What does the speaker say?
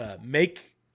Make